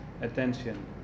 attention